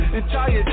Entire